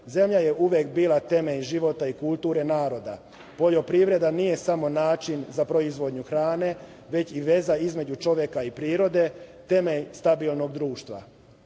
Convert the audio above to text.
Zemlja je uvek bila temelj života i kulture naroda. Poljoprivreda nije samo način za proizvodnju hrane, već i veza između čoveka i prirode, temelj stabilnog društva. Savez